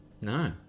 no